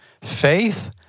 Faith